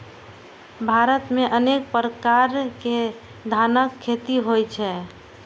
भारत मे अनेक प्रकार के धानक खेती होइ छै